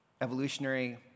evolutionary